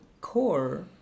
core